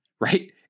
right